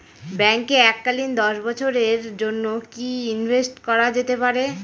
ব্যাঙ্কে এককালীন দশ বছরের জন্য কি ইনভেস্ট করা যেতে পারে?